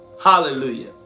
Hallelujah